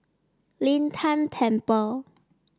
Lin Tan Temple